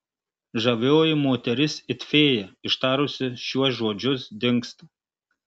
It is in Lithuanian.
žavioji moteris it fėja ištarusi šiuos žodžius dingsta